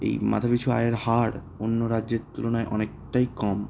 এই মাথাপিছু আয়ের হার অন্য রাজ্যের তুলনায় অনেকটাই কম